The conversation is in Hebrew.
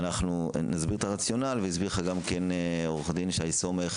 נסביר את הרציונל והסביר לך גם עורך הדין שי סומך